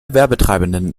werbetreibenden